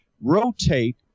rotate